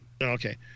Okay